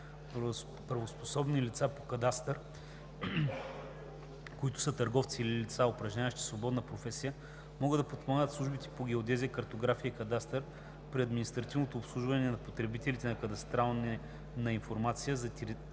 Правоспособни лица по кадастър, които са търговци или лица, упражняващи свободна професия, могат да подпомагат службите по геодезия, картография и кадастър при административното обслужване на потребителите на кадастрална информация за териториите